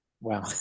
Wow